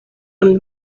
under